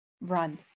Run